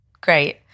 great